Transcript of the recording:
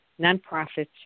nonprofits